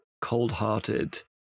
cold-hearted